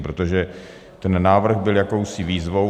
Protože ten návrh byl jakousi výzvou.